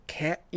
cat